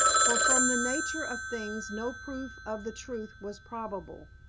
for from the nature of things no proof of the truth was probable.